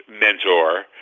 mentor